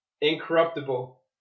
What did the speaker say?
incorruptible